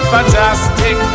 Fantastic